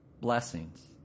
blessings